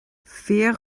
fíor